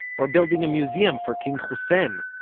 or building a museum for king hussein,